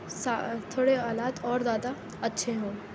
سا تھوڑے حالات اور زیادہ اچھے ہوں